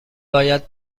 باید